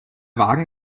wagen